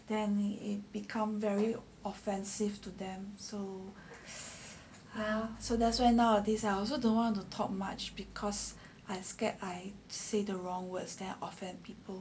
then it become very offensive to them so her so that's why nowadays I also don't want to talk much because I scared I say the wrong words then I offend people